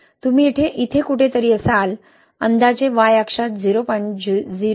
तुम्ही इथे कुठेतरी असाल अंदाजे y अक्षात 0